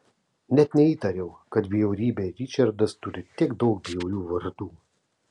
net neįtariau kad bjaurybė ričardas turi tiek daug bjaurių vardų